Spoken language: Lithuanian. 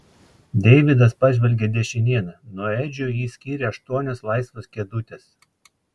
deividas pažvelgė dešinėn nuo edžio jį skyrė aštuonios laisvos kėdutės